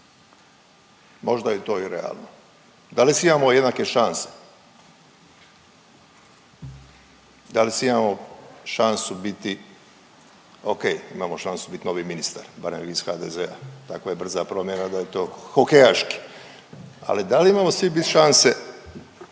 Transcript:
možda je to i realno. Da li svi imamo jednake šanse? Da li svi imamo šansu biti o.k. imamo šansu biti novi ministar, barem vi iz HDZ-a. Takva brza promjena da je to hokejaški. Ali da li imamo svi bit šanse